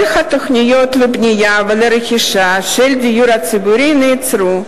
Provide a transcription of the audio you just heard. כל התוכניות לבנייה ולרכישה של דיור ציבורי נעצרו.